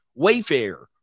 Wayfair